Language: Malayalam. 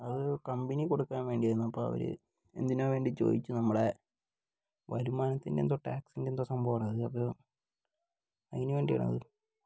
അത് കമ്പനിയിൽ കൊടുക്കാൻ വേണ്ടിയായിരുന്നു അപ്പോൾ അവർ എന്തിനോ വേണ്ടി ചോദിച്ചു നമ്മുടെ വരുമാനത്തിൻ്റെ എന്തോ ടാക്സിന്റെ എന്തോ സംഭവമാണ് അതിനുവേണ്ടിയാണത്